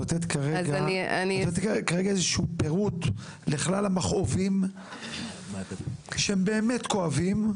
את נותנת כרגע איזשהו פירוט לכלל המכאובים שהם באמת כואבים,